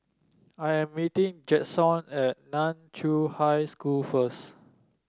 I am meeting Jaxon at Nan Chiau High School first